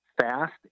fast